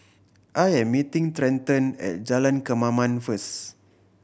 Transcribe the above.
I am meeting Trenten at Jalan Kemaman first